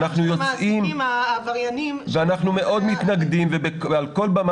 המעסיקים העבריינים --- ואנחנו מאוד מתנגדים ועל כל במה